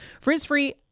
Frizz-free